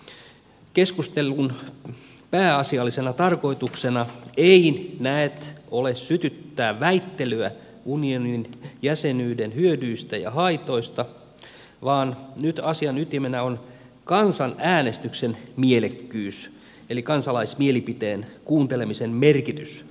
keskustelun pääasiallisena tarkoituksena ei näet ole sytyttää väittelyä unionin jäsenyyden hyödyistä ja haitoista vaan nyt asian ytimenä on kansanäänestyksen mielekkyys eli kansalaismielipiteen kuuntelemisen merkitys päätöksenteossa